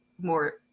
more